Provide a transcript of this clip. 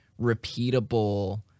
repeatable